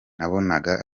nabonaga